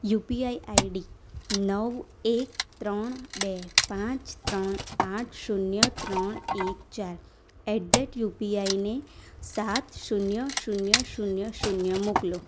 UPI ID નવ એક ત્રણ બે પાંચ ત્રણ આઠ શૂન્ય ત્રણ એક ચાર એટ ધેટ યુપીઆઈને ને સાત શૂન્ય શૂન્ય શૂન્ય શૂન્ય મોકલો